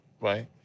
right